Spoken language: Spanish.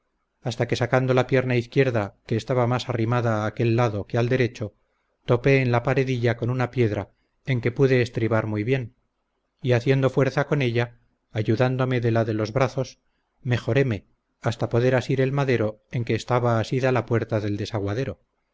hasta que sacando la pierna izquierda que estaba más arrimada a aquel lado que al derecho topé en la paredilla con una piedra en que pude estribar muy bien y haciendo fuerza con ella ayudándome de la de los brazos mejoréme hasta poder asir el madero en que estaba asida la puerta del desaguadero